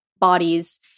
bodies